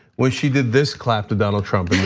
when she did this clap to donald trump